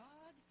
God